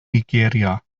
nigeria